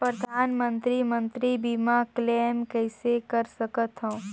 परधानमंतरी मंतरी बीमा क्लेम कइसे कर सकथव?